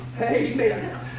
Amen